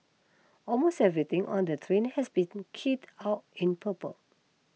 almost everything on the train has been kitted out in purple